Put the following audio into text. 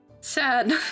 sad